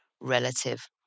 relative